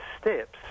steps